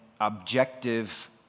objective